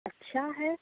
अच्छा है